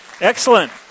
Excellent